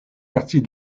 partie